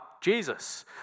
Jesus